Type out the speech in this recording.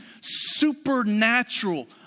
supernatural